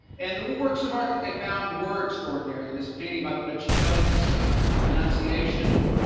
and the works of art that they found were extraordinary, this painting by botticelli, this ah annunciation,